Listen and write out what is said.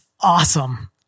awesome